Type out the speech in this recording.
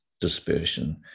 dispersion